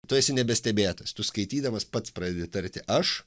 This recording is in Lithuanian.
tu esi nebestebėtas tu skaitydamas pats pradedi tarti aš